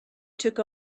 took